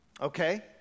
Okay